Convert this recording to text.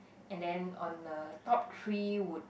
and then on uh top three would